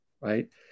right